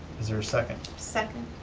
is there a second? second.